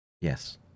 Yes